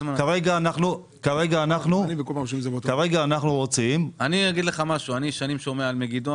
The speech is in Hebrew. שנים אני שומע על מגידו.